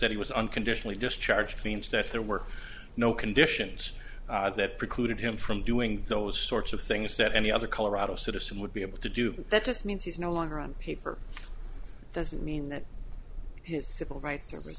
he was unconditionally discharged means that there were no conditions that precluded him from doing those sorts of things that any other colorado citizen would be able to do that just means he's no longer on paper doesn't mean that his civil rights are b